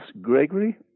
Gregory